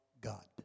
God